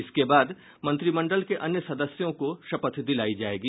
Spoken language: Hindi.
इसके बाद मंत्रिमंडल के अन्य सदस्यों को शपथ दिलायी जायेगी